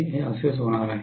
हे असेच होणार आहे